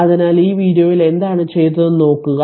അതിനാൽ ഈ വീഡിയോയിൽ എന്താണ് ചെയ്തതെന്ന് നോക്കുക